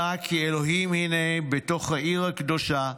עלה כי אלוהים הינה, בתוך העיר הקדושה,